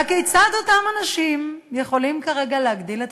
והכיצד אותם אנשים יכולים כרגע להגדיל את